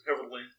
heavily